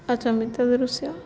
ଆଚମ୍ବିତ ଦୃଶ୍ୟ